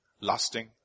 lasting